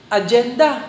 agenda